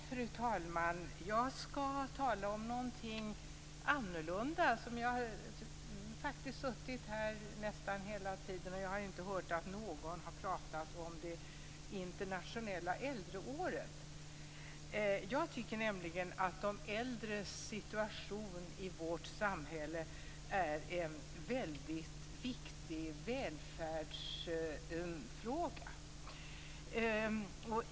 Fru talman! Jag skall tala om någonting annorlunda. Jag har faktiskt suttit här nästan hela tiden, och jag har inte hört att någon har pratat om det internationella äldreåret. Jag tycker nämligen att de äldres situation i vårt samhälle är en mycket viktig välfärdsfråga.